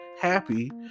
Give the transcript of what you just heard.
happy